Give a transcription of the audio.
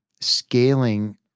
scaling